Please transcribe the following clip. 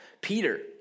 Peter